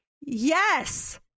Yes